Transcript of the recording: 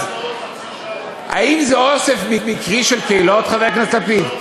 אז האם זה אוסף מקרי של קהילות, חבר הכנסת לפיד?